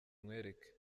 nkwereke